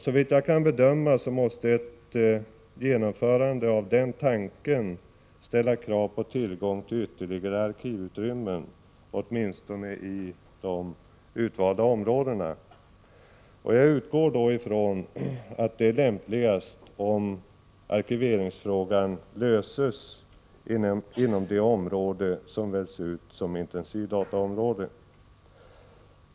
Såvitt jag kan bedöma måste ett genomförande av den tanken ställa krav på tillgång till ytterligare arkivutrymmen, åtminstone i de utvalda områdena. Jag utgår ifrån att det är lämpligast om arkiveringsfrågan löses inom det område som väljs ut som intensivdataområde.